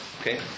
okay